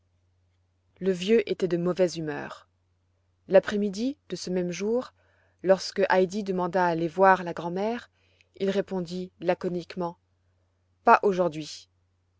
le vieux était de mauvaise humeur l'après-midi de ce même jour lorsque heidi demanda à aller voir la grand'mère il répondit laconiquement pas aujourd'hui